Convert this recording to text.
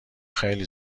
خیلی